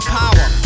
power